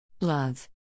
Love